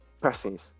persons